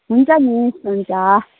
हुन्छ मिस हुन्छ